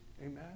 Amen